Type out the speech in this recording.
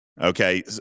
Okay